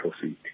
proceed